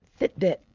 Fitbit